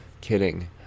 Kidding